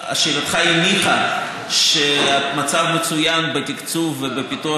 שאלתך הניחה שהמצב מצוין בתקצוב ובפיתוח